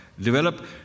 develop